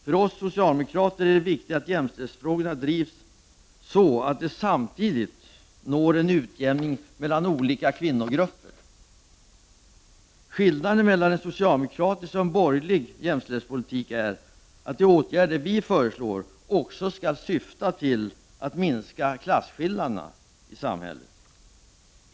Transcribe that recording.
För oss socialdemokrater är det viktigt att jämlikhetsfrågorna drivs så att samtidigt en utjämning nås mellan olika kvinnogrupper. Skillnaderna mellan en socialdemokratisk och en borgerlig jämställdhetspolitik är att de åtgärder vi föreslår också skall syfta till att minska klasskillnaderna i samhället.